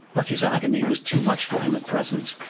but his agony was too much for him at present,